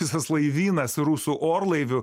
visas laivynas rusų orlaivių